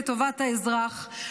לטובת האזרח,